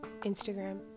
Instagram